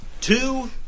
two